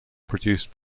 produced